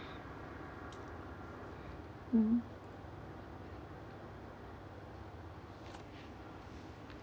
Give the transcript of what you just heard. mmhmm